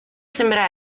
sembra